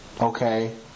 okay